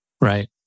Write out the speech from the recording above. Right